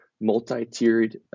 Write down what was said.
multi-tiered